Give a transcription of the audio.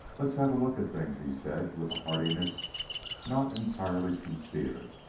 let's have a look at things, he said with a heartiness not entirely sincere.